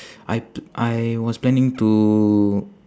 I p~ I was planning to